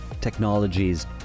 technologies